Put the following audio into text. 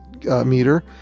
meter